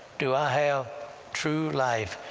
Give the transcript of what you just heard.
do i have true life?